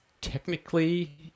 technically